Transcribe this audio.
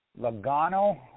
Logano